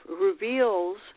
reveals